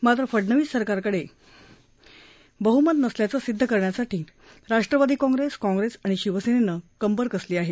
मात्र फडनवीस सरकारकडे बह्मत नसल्याचं सिद्ध करण्यासाठी राष्ट्रवादी काँप्रेस काँप्रेस आणि शिवसेनेनं कंबर कसली आहे